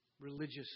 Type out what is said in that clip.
religious